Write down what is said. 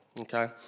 Okay